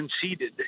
conceded